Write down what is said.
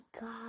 God